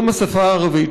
יום השפה הערבית.